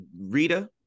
Rita